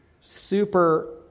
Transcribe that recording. super